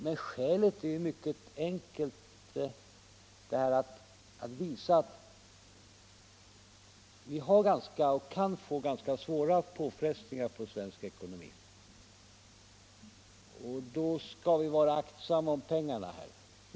Men skälet till att vi inte gör det är ju mycket enkelt. Vi har och kan få ganska svåra påfrestningar på svensk ekonomi, och i det läget måste vi vara aktsamma om pengarna.